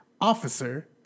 Officer